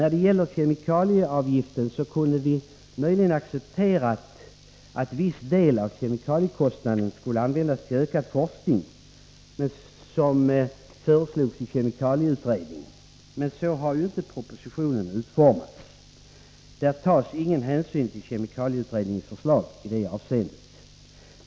När det gäller kemikalieavgiften kunde vi möjligen acceptera att en viss del av kemikaliekostnaden skulle användas till ökad forskning, som föreslogs av kemikalieutredningen. Men så har inte förslaget i propositionen utformats, för där tas ingen hänsyn till kemikalieutredningens förslag i detta hänseende.